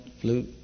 flute